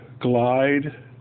glide